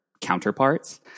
counterparts